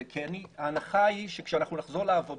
האלה כי ההנחה היא שכאשר נחזור לעבודה,